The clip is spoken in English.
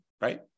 Right